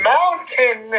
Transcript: Mountain